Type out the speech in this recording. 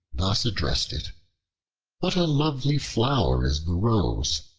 thus addressed it what a lovely flower is the rose,